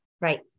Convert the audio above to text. Right